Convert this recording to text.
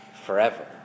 forever